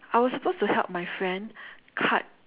I was supposed to help my friend cut